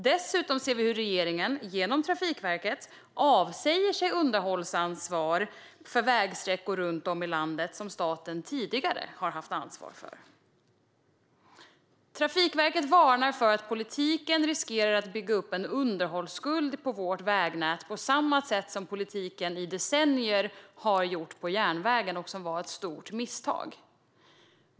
Dessutom ser vi hur regeringen genom Trafikverket avsäger sig underhållsansvaret för vägsträckor runt om i landet som staten tidigare har haft ansvar för. Trafikverket varnar för att politiken riskerar att bygga upp en underhållsskuld i vårt vägnät på samma sätt som politiken i decennier gjort på järnvägen, vilket varit ett stort misstag.